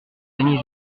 denis